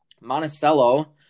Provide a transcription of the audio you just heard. Monticello